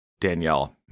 Danielle